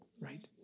Right